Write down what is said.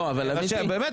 באמת,